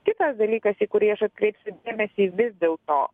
kitas dalykas į kurį aš atkreipsiu dėmesį vis dėlto